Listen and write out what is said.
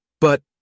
But-